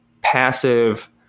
passive